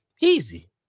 easy